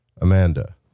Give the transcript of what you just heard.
Amanda